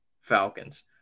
Falcons